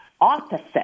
opposite